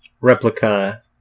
replica